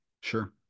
Sure